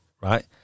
right